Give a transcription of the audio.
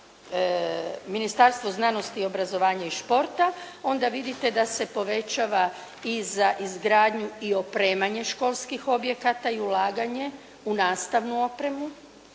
za Ministarstvo znanosti, obrazovanja i športa onda vidite da se povećava i za izgradnju i opremanje školskih objekata i ulaganje u nastavnu opremu.